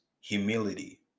humility